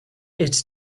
its